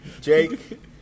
Jake